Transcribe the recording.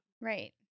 Right